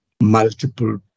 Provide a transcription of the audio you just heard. multiple